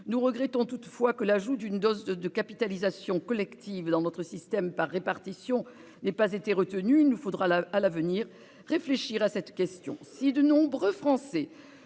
Nous regrettons toutefois que l'ajout d'une dose de capitalisation collective dans notre système par répartition n'ait pas été retenu. Il nous faudra à l'avenir réfléchir à cette question. Si de nombreux Français